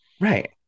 Right